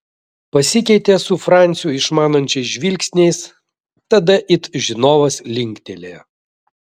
pasikeitė su franciu išmanančiais žvilgsniais tada it žinovas linktelėjo